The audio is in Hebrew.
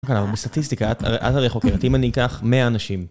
בסטטיסטיקה את הרי חוקרת אם אני אקח 100 אנשים.